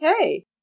Okay